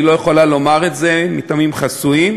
לא יכולה לומר את זה מטעמים חסויים,